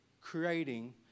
creating